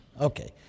Okay